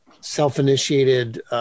self-initiated